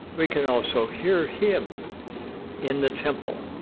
we can also hear him in the temple.